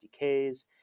SDKs